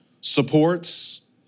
supports